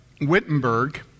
Wittenberg